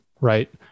Right